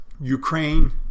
Ukraine